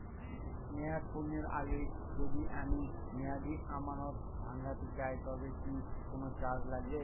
মেয়াদ পূর্ণের আগে যদি আমি মেয়াদি আমানত ভাঙাতে চাই তবে কি কোন চার্জ লাগবে?